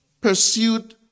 pursued